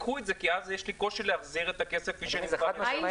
קחו את זה כי אז לי קושי להחזיר את הכסף --- זאת הבעיה פה.